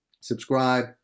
subscribe